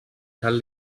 cal